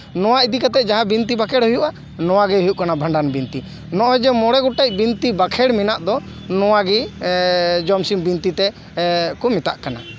ᱱᱚᱣᱟ ᱤᱫᱤ ᱠᱟᱛᱮᱜ ᱡᱟᱦᱟᱸ ᱵᱤᱱᱛᱤ ᱵᱟᱸᱠᱷᱮᱲ ᱦᱩᱭᱩᱜᱼᱟ ᱱᱚᱣᱟ ᱜᱮ ᱦᱩᱭᱩᱜᱼᱟ ᱵᱷᱟᱸᱰᱟᱱ ᱵᱤᱱᱛᱤ ᱱᱚᱜᱼᱚᱭ ᱡᱮ ᱢᱚᱬᱮ ᱜᱚᱴᱮᱡ ᱵᱤᱱᱛᱤ ᱵᱟᱸᱠᱷᱮᱲ ᱢᱮᱱᱟᱜ ᱫᱚ ᱱᱚᱣᱟ ᱜᱮ ᱡᱚᱢ ᱥᱤᱢ ᱵᱤᱱᱛᱤ ᱛᱮ ᱠᱚ ᱢᱮᱛᱟᱜ ᱠᱟᱱᱟ